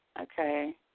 okay